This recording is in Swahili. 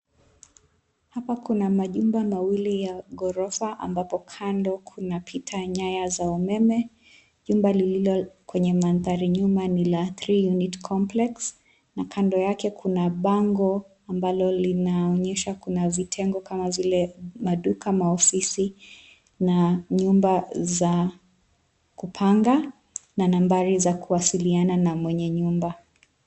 Hapa kuna majumba mawili ya ghorofa ambapo kando kunapita nyaya za umeme. Jumba lililo kwenye mandhari ya nyuma ni la three unit complex na kando yake kuna bango ambalo linaonyesha kuna vitengo kama vile maduka, maofisi na nyumba za kupanga na nambari za kuwasiliana na mwenye nyumba.